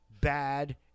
bad